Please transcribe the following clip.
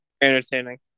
Entertaining